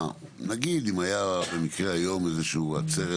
נגיד אם היה במקרה היום איזה שהיא עצרת